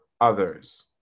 others